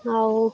ଆଉ